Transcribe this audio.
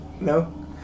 No